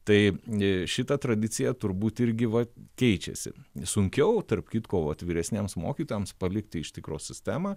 tai šita tradicija turbūt irgi vat keičiasi sunkiau tarp kitko vat vyresniems mokytojam palikti iš tikro sistemą